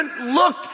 look